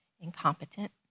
incompetent